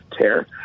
tear